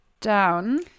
down